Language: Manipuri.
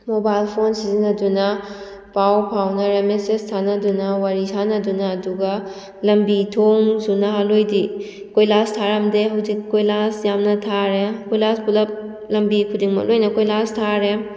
ꯃꯣꯕꯥꯏꯜ ꯐꯣꯟ ꯁꯤꯖꯤꯟꯅꯗꯨꯅ ꯄꯥꯎ ꯐꯥꯎꯅꯔꯦ ꯃꯦꯁꯦꯁ ꯊꯥꯅꯗꯨꯅ ꯋꯥꯔꯤ ꯁꯥꯟꯅꯗꯨꯅ ꯑꯗꯨꯒ ꯂꯝꯕꯤ ꯊꯣꯡꯁꯨ ꯅꯍꯥꯟꯋꯥꯏꯗꯤ ꯀꯣꯏꯂꯥꯁ ꯊꯥꯔꯝꯗꯦ ꯍꯧꯖꯤꯛ ꯀꯣꯏꯂꯥꯁ ꯌꯥꯝꯅ ꯊꯥꯔꯦ ꯀꯣꯏꯂꯥꯁ ꯄꯨꯜꯂꯞ ꯂꯝꯕꯤ ꯈꯨꯗꯤꯡꯃꯛ ꯂꯣꯏꯅ ꯀꯣꯏꯂꯥꯁ ꯊꯥꯔꯦ